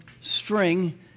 string